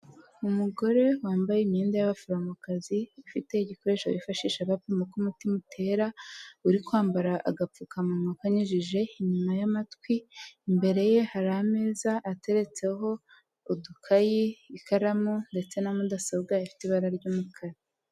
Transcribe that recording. Umugore wambaye imyenda y'abaforomokazi ufite igikoresho bifashisha bagapima uko umutima utera, uri kwambara agapfukamunwa akanyujije inyuma y'amatwi, imbere ye hari ameza ateretseho udukayi, ikaramu ndetse na mudasobwa ifite ibara ry'umukara.